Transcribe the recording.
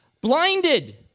blinded